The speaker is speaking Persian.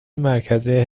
مرکزی